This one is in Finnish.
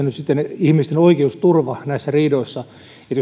nyt sitten ihmisten oikeusturva näissä riidoissa jos